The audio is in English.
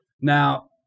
Now